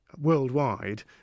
worldwide